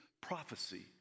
prophecy